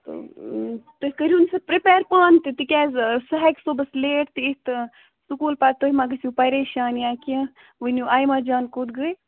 تہٕ ٲ تُہۍ کرِہون سۄ پرٛیپیر پانہٕ تہِ تِکیازِ سۄ ہیٚکہِ صُبحس لیٹ تہِ یتھ تہٕ سکوٗل پتہٕ تُہۍ ما گژھو پریشان یا کیٚنٛہہ ؤنِو آیمہ جان کوٚت گٔے